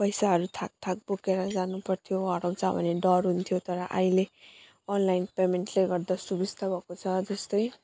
पैसाहरू थाक थाक बोकेर जानुपर्थ्यो हराउँछ भन्ने डर हुन्थ्यो तर अहिले अनलाइन पेमेन्टले गर्दा सुविस्ता भएको छ जस्तै